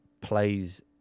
plays